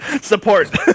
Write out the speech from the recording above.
Support